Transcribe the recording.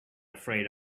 afraid